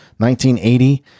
1980